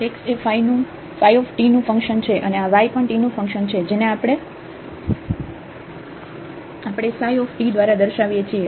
તેથી x એ ϕ નું ફંકશન છે અને આ y પણ t નું ફંક્શન છે જેને આપણે ψ દ્વારા દર્શાવીએ છીએ